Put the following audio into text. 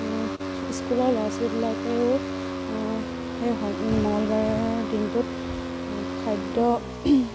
স্কুলৰ ল'ৰা ছোৱালীবিলাকেও সেই শ মঙলবাৰৰ দিনটোত খাদ্য